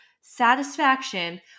satisfaction